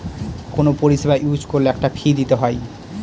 কোনো পরিষেবা ইউজ করলে একটা ফী দিতে হয়